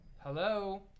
Hello